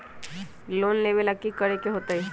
Loan लेवेला की करेके होतई?